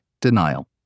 denial